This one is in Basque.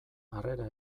harrera